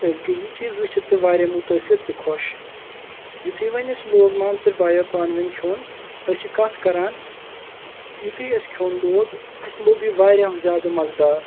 أسۍ گٔے یہِ چیٖز وُچھِتھ تہِ واریاہ مُتٲثر تہِ خۄش یُتھُے وۄنۍ اسہِ لوٗگ مامتٕرۍ بھایَو پانہٕ وٲنۍ کھیوٚن أسۍ چھِ کَتھ کَران یُتھُے اسہِ کھیٚون لوٗگ اسہِ لوٚب یہِ واریاہ زیادٕ مَزٕدار